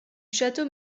château